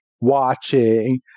watching